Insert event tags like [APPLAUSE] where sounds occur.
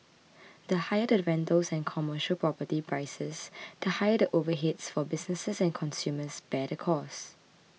[NOISE] the higher the rentals and commercial property prices the higher the overheads for businesses and consumers bear the costs